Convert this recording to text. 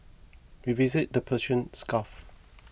we visited the Persian Gulf